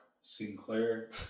Sinclair